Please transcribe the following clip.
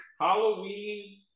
Halloween